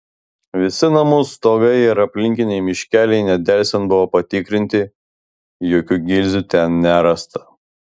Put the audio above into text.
visi namų stogai ir aplinkiniai miškeliai nedelsiant buvo patikrinti jokių gilzių ten nerasta